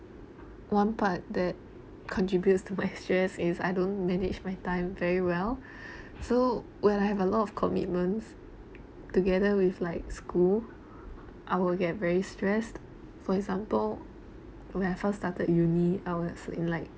one part that contributes to my stress is I don't manage my time very well so when I have a lot of commitments together with like school I would get very stressed for example when I first started uni I was in like